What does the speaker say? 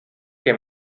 que